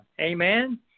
Amen